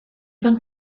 van